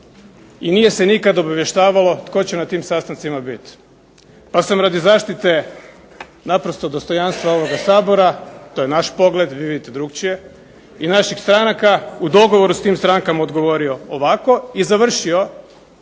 i nije se nikad obavještavalo tko će na tim sastancima biti. Pa sam radi zaštite naprosto dostojanstva ovoga Sabora, to je naš pogled, vi vidite drukčije, i naših stranaka u dogovoru s tim strankama odgovorio ovako i završio